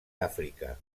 àfrica